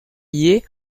lié